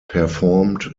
performed